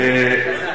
או-אה.